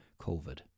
COVID